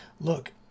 look